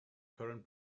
current